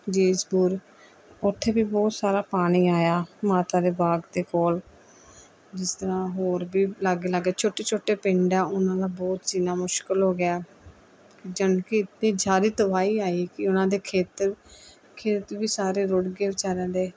ਜੀਜਪੁਰ ਉੱਥੇ ਵੀ ਬਹੁਤ ਸਾਰਾ ਪਾਣੀ ਆਇਆ ਮਾਤਾ ਦੇ ਬਾਗ ਦੇ ਕੋਲ ਜਿਸ ਤਰ੍ਹਾਂ ਹੋਰ ਵੀ ਲਾਗੇ ਲਾਗੇ ਛੋਟੇ ਛੋਟੇ ਪਿੰਡ ਹੈ ਉਨ੍ਹਾਂ ਦਾ ਬਹੁਤ ਜੀਣਾ ਮੁਸ਼ਕਿਲ ਹੋ ਗਿਆ ਜਦੋਂ ਕਿ ਇਤਨੀ ਜ਼ਿਆਦੀ ਤਬਾਹੀ ਆਈ ਕਿ ਉਨ੍ਹਾਂ ਦੇ ਖੇਤ ਖੇਤ ਵੀ ਸਾਰੇ ਰੁੜ੍ਹ ਗਏ ਵਿਚਾਰਿਆਂ ਦੇ